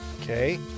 Okay